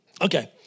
Okay